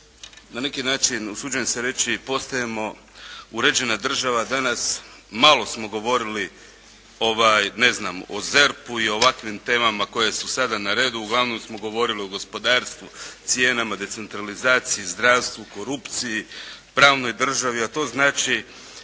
Na neki način usuđujem se reći postajemo uređena država danas. Malo smo govori o ZERP-u i o ovakvim temama koje su sada na redu. Uglavnom smo govorili o gospodarstvu, cijenama, decentralizaciji, zdravstvu, korupciji, pravnoj državi a to znači